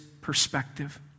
perspective